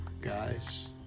guys